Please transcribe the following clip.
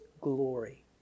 glory